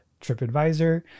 TripAdvisor